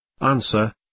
Answer